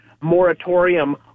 moratorium